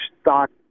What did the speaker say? stock